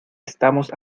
estamos